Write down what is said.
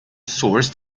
source